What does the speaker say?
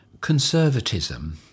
conservatism